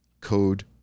code